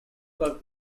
called